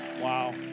Wow